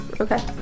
Okay